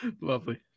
Lovely